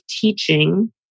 teaching